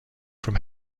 from